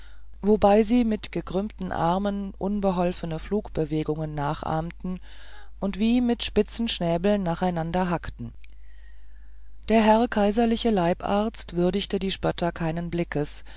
wobei sie sich mit gekrümmten armen unbeholfene flugbewegungen nachahmten und wie mit spitzen schnäbeln nacheinander hackten der herr kaiserliche leibarzt würdigte die spötter keinen blickes